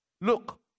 Look